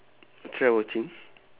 try watching